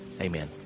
Amen